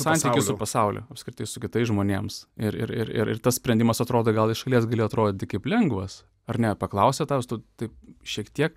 santykis su pasauliu apskritai su kitais žmonėm ir ir ir ir tas sprendimas atrodo gal iš šalies galėjo atrodyti kaip lengvas ar ne paklausė tau jis taip šiek tiek